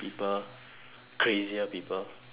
crazier people get what I mean